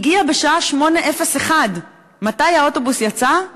הגיע בשעה 08:01. מתי האוטובוס יצא?